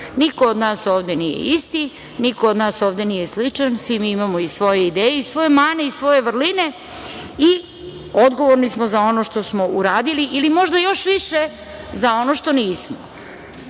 od nas ovde nije isti, niko od nas ovde nije sličan. Svi mi imamo i svoje ideje i svoje mane i svoje vrline i odgovorni smo za ono što smo uradili, ili možda još više za ono što nismo.